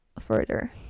further